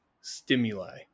stimuli